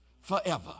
forever